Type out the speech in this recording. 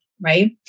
right